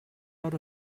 out